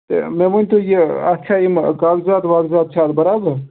تہٕ مےٚ ؤنۍتو یہِ اَتھ چھےٚ یِم کاغذات واغذات چھےٚ اَتھ برابر